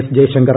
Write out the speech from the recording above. S Jaishankar